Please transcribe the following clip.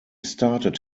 started